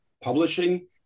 publishing